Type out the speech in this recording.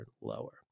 lower